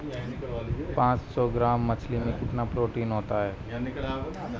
पांच सौ ग्राम मछली में कितना प्रोटीन होता है?